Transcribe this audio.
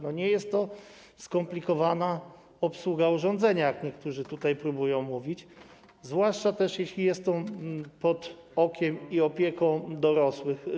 Nie jest to skomplikowana obsługa urządzenia, jak niektórzy tutaj próbują mówić, zwłaszcza gdy jest to czynione pod okiem i opieką dorosłych.